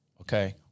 okay